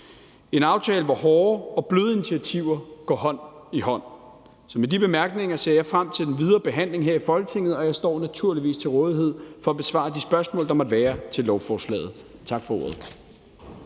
en aftale, hvor hårde og bløde initiativer går hånd i hånd. Med de bemærkninger ser jeg frem til den videre behandling her i Folketinget, og jeg står naturligvis til rådighed for at besvare de spørgsmål, der måtte være til lovforslaget. Tak for ordet.